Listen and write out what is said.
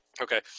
Okay